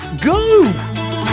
Go